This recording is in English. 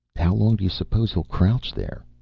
how long do you suppose he'll crouch there?